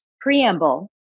preamble